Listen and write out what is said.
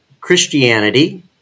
Christianity